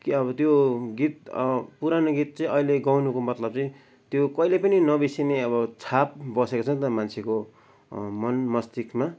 के अब त्यो गीत पुरानो गीत चाहिँ अहिले गाउनुको मतलब चाहिँ त्यो कहिले पनि नबिर्सिने अब छाप बसेको छ नि त मान्छेको मन मस्तिष्कमा